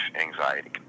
anxiety